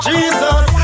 Jesus